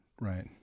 right